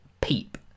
PEEP